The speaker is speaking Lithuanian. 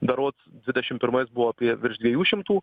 berods dvidešim pirmais buvo apie virš dviejų šimtų